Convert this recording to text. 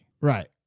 Right